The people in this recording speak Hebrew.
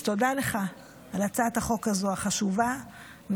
אז תודה לך על הצעת החוק החשובה הזאת,